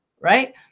right